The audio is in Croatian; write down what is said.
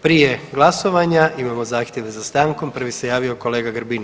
Prije glasovanja imamo zahtjeve za stankom, prvi se javio kolega Grbin.